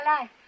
life